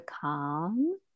calm